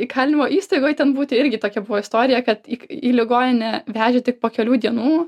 įkalinimo įstaigoj ten būti irgi tokia buvo istorija kad į į ligoninę vežė tik po kelių dienų